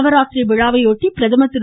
நவராத்திரி விழாவையொட்டி பிரதமர் திரு